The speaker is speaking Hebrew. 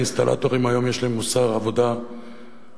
האינסטלטורים היום יש להם מוסר עבודה הרבה